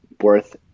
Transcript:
worth